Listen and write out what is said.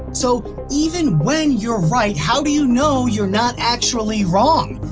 so even when you're right, how do you know you're not actually wrong?